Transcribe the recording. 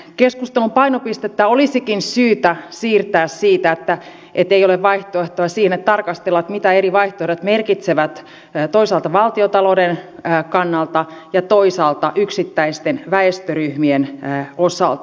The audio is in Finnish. keskustelun painopistettä olisikin syytä siirtää siitä että ei ole vaihtoehtoa siihen että tarkastellaan mitä eri vaihtoehdot merkitsevät toisaalta valtiontalouden kannalta ja toisaalta yksittäisten väestöryhmien osalta